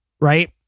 Right